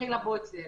שהתחילה בו אצלנו.